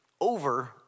over